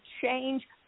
change